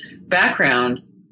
background